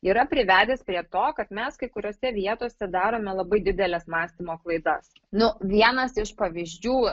yra privedęs prie to kad mes kai kuriose vietose darome labai dideles mąstymo klaidas nu vienas iš pavyzdžių